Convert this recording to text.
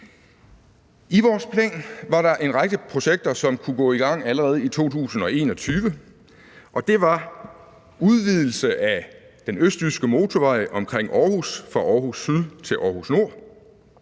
i vores plan var der en række projekter, som kunne gå i gang allerede i 2021, og det var udvidelse af den østjyske motorvej omkring Aarhus fra Aarhus S til Aarhus N,